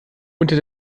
unter